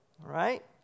Right